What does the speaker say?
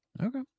Okay